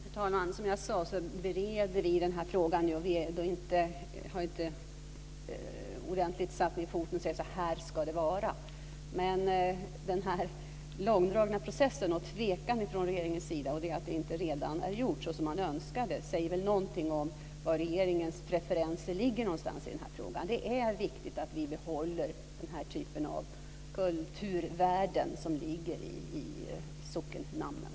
Fru talman! Som jag sade bereder vi denna fråga nu, och vi har inte satt ned foten ordentligt än och sagt: Så här ska det vara. Men den här långdragna processen, tvekan från regeringens sida och att detta ännu inte är gjort så som man önskade säger väl någonting om var regeringens preferenser ligger i denna fråga. Det är viktigt att vi behåller denna typ av kulturvärden som ligger i sockennamnen.